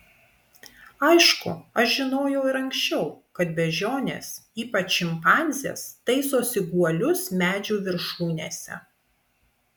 aišku aš žinojau ir anksčiau kad beždžionės ypač šimpanzės taisosi guolius medžių viršūnėse